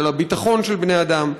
הביטחון של בני אדם,